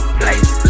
place